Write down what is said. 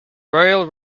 royal